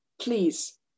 Please